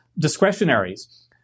discretionaries